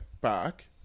back